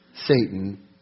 Satan